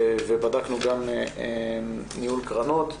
בדקנו גם ניהול קרנות,